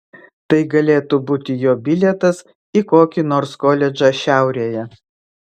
tai galėtų būti jo bilietas į kokį nors koledžą šiaurėje